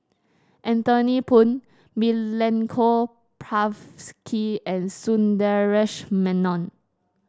Anthony Poon Milenko Prvacki and Sundaresh Menon